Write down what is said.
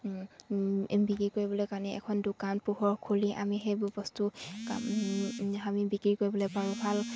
বিক্ৰী কৰিবলৈ কাৰণে এখন দোকান পোহৰ খুলি আমি সেইবোৰ বস্তু আমি বিক্ৰী কৰিবলৈ পাৰোঁ ভাল